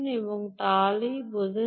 এখানে এবং এটি সত্যই বোঝা